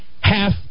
Half